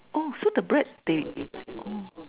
oh so the bread they oh